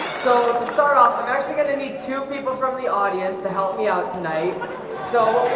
so start off i'm actually going to need two people from the audience to help me out tonight so